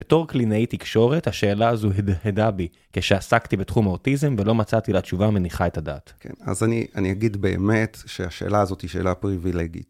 בתור קלינאי תקשורת, השאלה הזו הדהדה בי. כשעסקתי בתחום האוטיזם ולא מצאתי לה תשובה, מניחה את הדעת. כן, אז אני אגיד באמת שהשאלה הזאת היא שאלה פריבילגית.